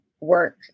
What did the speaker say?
work